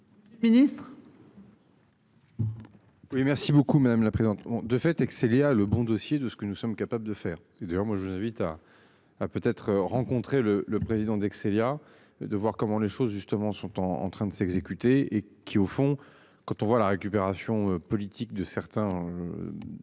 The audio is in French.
Ministre. Oui merci beaucoup madame la présidente. De fait, Célia le bon dossier de ce que nous sommes capables de faire et d'ailleurs moi je vous invite à. Peut être rencontré le le président d'Excelya. De voir comment les choses justement sont en en train de s'exécuter et qui au fond quand on voit la récupération politique de certains.